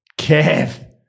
Kev